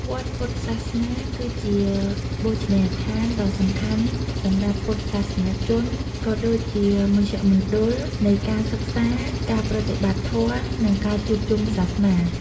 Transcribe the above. វត្តពុទ្ធសាសនា គឺជាបូជនីយដ្ឋានដ៏សំខាន់សម្រាប់ពុទ្ធសាសនិកជន ក៏ដូចជាជាមជ្ឈមណ្ឌលនៃការរៀនសូត្រ ការប្រតិបត្តិធម៌ និងការជួបជុំសាសនា។